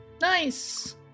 Nice